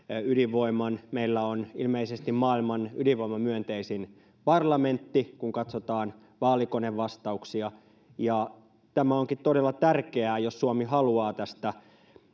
ydinvoiman meillä on ilmeisesti maailman ydinvoimamyönteisin parlamentti kun katsotaan vaalikonevastauksia ja tämä onkin todella tärkeää jos suomi haluaa tästä